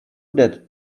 that